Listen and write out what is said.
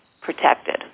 protected